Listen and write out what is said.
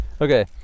Okay